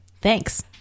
Thanks